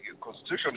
Constitution